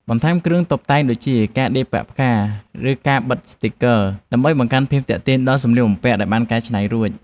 បន្ថែមគ្រឿងតុបតែងដូចជា ការដេរប៉ាក់ផ្កា ឬការបិទស្ទីគ័រ ដើម្បីបង្កើនភាពទាក់ទាញដល់សម្លៀកបំពាក់ដែលបានកែច្នៃរួច។